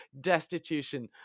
destitution